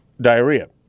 diarrhea